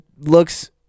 looks